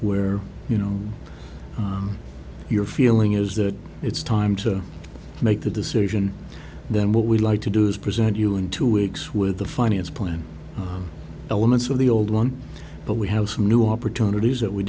where you know your feeling is that it's time to make the decision then what we'd like to do is present you in two weeks with the finance plan elements of the old one but we have some new opportunities that we